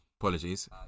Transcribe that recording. apologies